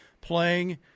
playing